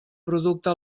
producte